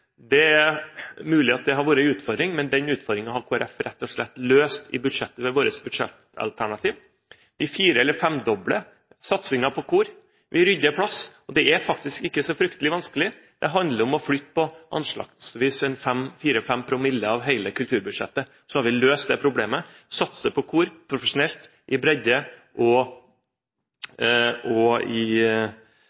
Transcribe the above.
Det er mulig at det har vært en utfordring, men den utfordringen har Kristelig Folkeparti rett og slett løst ved vårt budsjettalternativ. Vi fire- eller femdobler satsingen på kor – vi rydder plass. Det er faktisk ikke så fryktelig vanskelig. Det handler om å flytte på anslagsvis fire–fem promille av hele kulturbudsjettet, og så har vi løst det problemet. Vi satser på kor, profesjonelle og i bredden – i sentrale strøk og